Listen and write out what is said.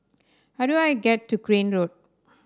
how do I get to Crane Road